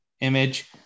image